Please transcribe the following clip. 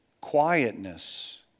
Quietness